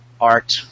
art